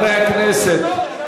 אתה לא תגיד לי תשתוק.